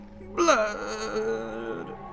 Blood